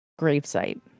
gravesite